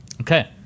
Okay